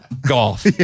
golf